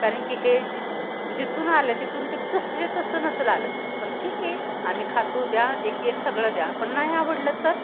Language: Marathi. कारण की हे जिथं जिथून आलं आहे तिथून ते तसंच्या तसं नसेल आलं पण ठीक आहे आम्ही खातो द्या एक एक सगळं द्या पण नाही आवडलं तर